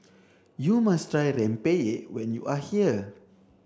you must try Rempeyek when you are here